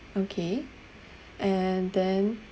okay and then